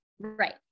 Right